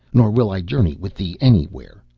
nor will i journey with thee anywhere,